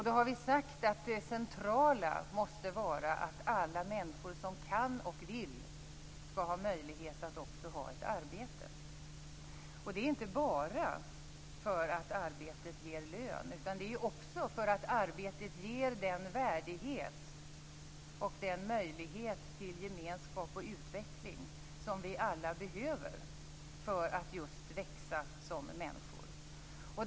Då har vi sagt att det centrala måste vara att alla människor som kan och vill skall ha möjlighet att också ha ett arbete. Det är inte bara för att arbetet ger lön, utan det är också för att arbetet ger den värdighet och den möjlighet till gemenskap och utveckling som vi alla behöver för att just växa som människor.